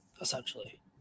essentially